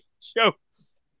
jokes